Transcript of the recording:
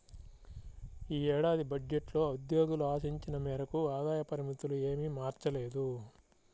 ఈ ఏడాది బడ్జెట్లో ఉద్యోగులు ఆశించిన మేరకు ఆదాయ పరిమితులు ఏమీ మార్చలేదు